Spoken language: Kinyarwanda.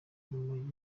rumogi